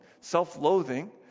self-loathing